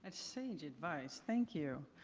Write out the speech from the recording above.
and strange advice. thank you.